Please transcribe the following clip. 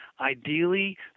Ideally